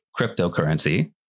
cryptocurrency